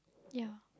yeah